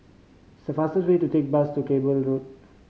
it's faster to take bus to Cable Road